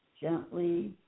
gently